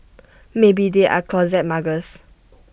maybe they are closet muggers